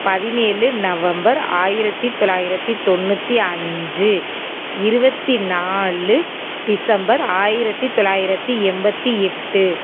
பதினேழு நவம்பர் ஆயிரத்து தொள்ளாயிரத்தி தொண்ணூற்றி அஞ்சு இருபத்தி நாலு டிசம்பர் ஆயிரத்து தொள்ளாயிரத்தி எண்பத்தி எட்டு